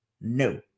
No